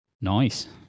Nice